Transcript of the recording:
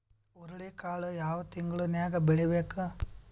ಹುರುಳಿಕಾಳು ಯಾವ ತಿಂಗಳು ನ್ಯಾಗ್ ಬೆಳಿಬೇಕು?